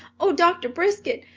oh, doctor briskett,